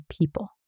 people